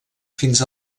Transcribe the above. fins